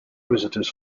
visitors